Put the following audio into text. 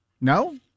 No